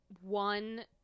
One